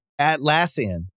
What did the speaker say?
Atlassian